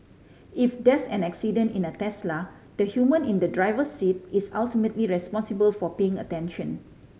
if there's an accident in a Tesla the human in the driver's seat is ultimately responsible for paying attention